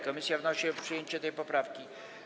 Komisja wnosi o przyjęcie tej poprawki.